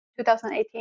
2018